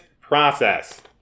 process